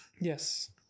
Yes